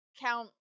count